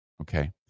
okay